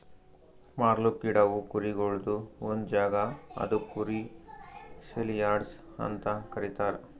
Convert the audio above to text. ಮಾರ್ಲುಕ್ ಇಡವು ಕುರಿಗೊಳ್ದು ಒಂದ್ ಜಾಗ ಅದುಕ್ ಕುರಿ ಸೇಲಿಯಾರ್ಡ್ಸ್ ಅಂತ ಕರೀತಾರ